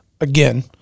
again